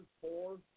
four